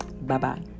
Bye-bye